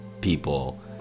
people